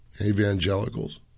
evangelicals